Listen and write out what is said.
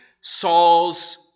Saul's